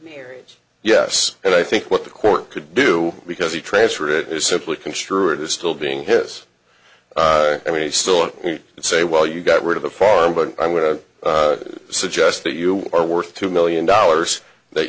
harriet yes and i think what the court could do because he transferred it is simply construed as still being his i mean he saw it and say well you got rid of the farm but i'm going to suggest that you are worth two million dollars that